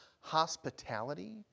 hospitality